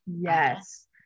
Yes